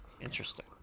Interesting